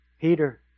Peter